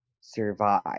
survive